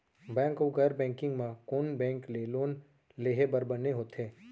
Bank अऊ गैर banking म कोन बैंक ले लोन लेहे बर बने होथे?